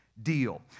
deal